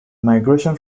migration